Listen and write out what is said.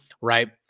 right